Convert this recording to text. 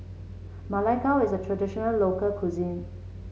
Ma Lai Gao is a traditional local cuisine